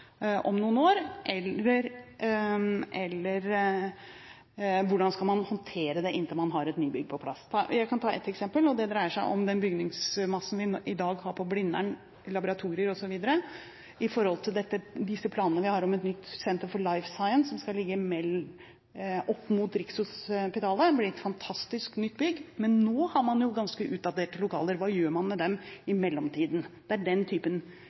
om noen år, og hvordan skal man håndtere dette inntil man har et nybygg på plass? Jeg kan ta ett eksempel, og det dreier seg om den bygningsmassen vi i dag har på Blindern – laboratorier osv. – i forhold til planene vi har om et nytt Life Science-senter som skal ligge opp mot Rikshospitalet. Dette blir et fantastisk nytt bygg, men nå har man jo ganske utdaterte lokaler, og hva gjør man med dem i mellomtiden? Det er den